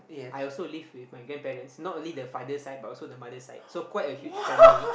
I also live with my grandparents not only the father side but also the mother side so quite a huge family